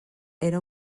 era